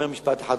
אומר משפט אחד,